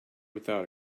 without